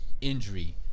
injury